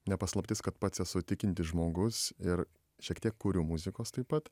ne paslaptis kad pats esu tikintis žmogus ir šiek tiek kuriu muzikos taip pat